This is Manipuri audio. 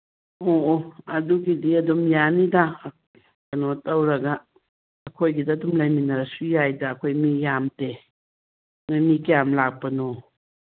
ꯑꯣ ꯑꯣ ꯑꯗꯨꯒꯤꯗꯤ ꯑꯗꯨꯝ ꯌꯥꯅꯤꯗ ꯀꯩꯅꯣ ꯇꯧꯔꯒ ꯑꯩꯈꯣꯏꯒꯤꯗ ꯑꯗꯨꯝ ꯂꯩꯃꯤꯟꯅꯔꯁꯨ ꯌꯥꯏꯗ ꯑꯩꯈꯣꯏ ꯃꯤ ꯌꯥꯝꯗꯦ ꯅꯣꯏ ꯃꯤ ꯀ꯭ꯌꯥꯝ ꯂꯥꯛꯄꯅꯣ